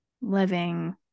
living